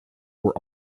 were